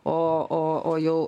o o o jau